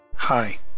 Hi